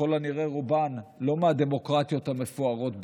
ככל הנראה רובן לא מהדמוקרטיות המפוארות בעולם,